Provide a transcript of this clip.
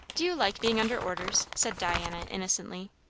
do you like being under orders? said diana innocently.